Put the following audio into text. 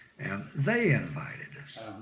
and they invited us.